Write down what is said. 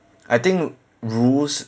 I think rules